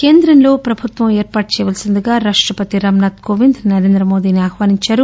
కేంద్రంలో ప్రభుత్వం ఏర్పాటు చేయవలసిందిగా రాష్టపతి రాంనాథ్ కోవింద్ నరేంద్రమోదీని ఆహ్వానించారు